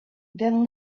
then